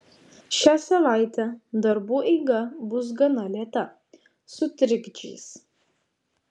šią savaitę darbų eiga bus gana lėta su trikdžiais